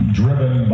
driven